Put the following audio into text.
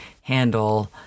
handle